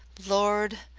lord,